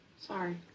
Sorry